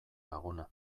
laguna